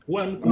one